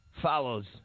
follows